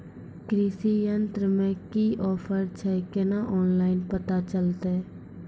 कृषि यंत्र मे की ऑफर छै केना ऑनलाइन पता चलतै?